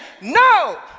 No